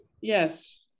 yes